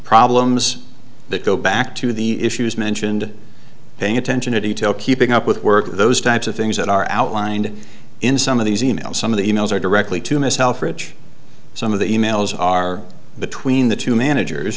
problems that go back to the issues mentioned paying attention to detail keeping up with work those types of things that are outlined in some of these e mails some of the e mails are directly to miss selfridge some of the e mails are between the two managers